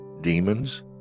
demons